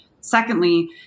Secondly